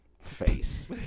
Face